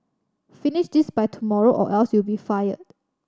finish this by tomorrow or else you'll be fired